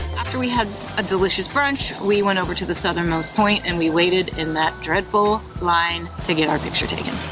after we had a delicious brunch, we went over to the southernmost point and we waited in that dreadful line to get our picture taken.